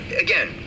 again